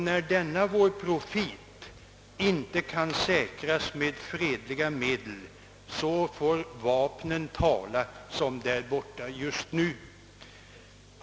När denna vår profit inte kan säkras med fredliga medel, får vapnen tala såsom sker där borta just nu.